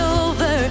over